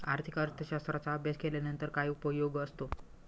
आर्थिक अर्थशास्त्राचा अभ्यास केल्यानंतर काय उपयोग असतो?